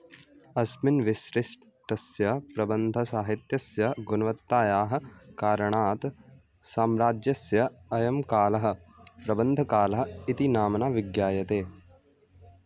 आस्मिन् विसृष्टस्य प्रबन्धसाहित्यस्य गुणवत्तायाः कारणात् साम्राज्यस्य अयं कालः प्रबन्धकालः इति नाम्ना विज्ञायते